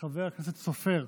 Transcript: חבר הכנסת סופר,